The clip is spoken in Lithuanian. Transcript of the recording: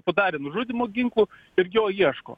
padarė nužudymus ginklu ir jo ieško